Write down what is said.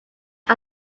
are